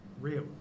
Real